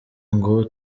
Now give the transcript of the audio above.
ngo